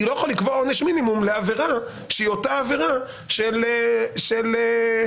אני לא יכול לקבוע עונש מינימום לעבירה שהיא אותה עבירה של מריבת שכנים.